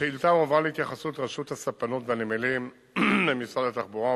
השאילתא הועברה להתייחסות רשות הספנות והנמלים ממשרד התחבורה,